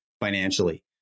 financially